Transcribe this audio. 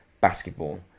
basketball